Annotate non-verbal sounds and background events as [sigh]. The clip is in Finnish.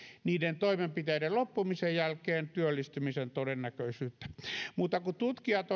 niiden toimenpiteiden loppumisen jälkeen työllistymisen todennäköisyyttä mutta kun tutkijat [unintelligible]